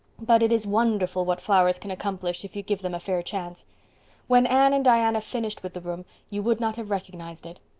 but it is wonderful what flowers can accomplish if you give them a fair chance when anne and diana finished with the room you would not have recognized it.